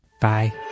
Bye